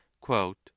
Quote